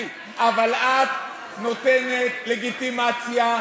אבל את נותנת לגיטימציה,